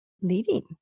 leading